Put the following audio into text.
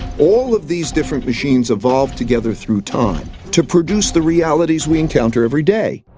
all of these different machines evolve together through time to produce the realities we encounter every day.